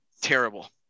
Terrible